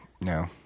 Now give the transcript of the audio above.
No